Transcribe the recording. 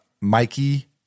Mikey